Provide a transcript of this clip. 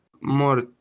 more